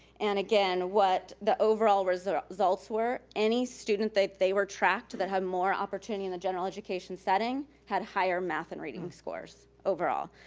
and again, what the overall results were any student that they were tracked that had more opportunity in the general education setting had higher math and reading scores overall.